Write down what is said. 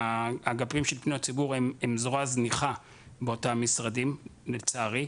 האגפים של פניות ציבור הם זרוע זניחה באותם משרדים לצערי.